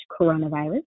coronavirus